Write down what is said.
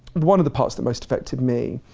one of the parts that most effected me,